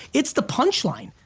it's the punchline.